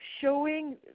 showing